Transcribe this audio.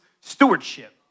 stewardship